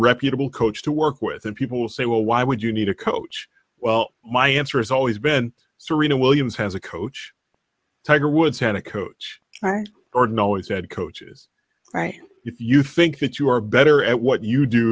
reputable coach to work with and people say well why would you need a coach well my answer is always been serina williams has a coach tiger woods had a coach or no he said coaches right if you think that you are better at what you do